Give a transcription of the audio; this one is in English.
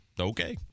Okay